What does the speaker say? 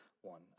one